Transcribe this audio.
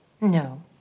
No